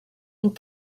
and